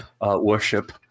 worship